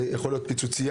זו יכולה להיות פיצוציה,